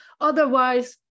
Otherwise